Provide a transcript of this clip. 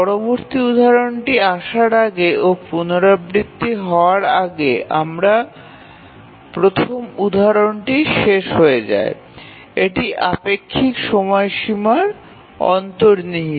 পরবর্তী উদাহরণটি আসার আগে ও পুনরাবৃত্তি হওয়ার আগে প্রথম উদাহরণটি শেষ হয়ে যায় এটি আপেক্ষিক সময়সীমার অন্তর্নিহিত